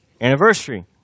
Anniversary